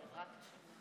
בעזרת השם.